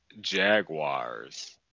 Jaguars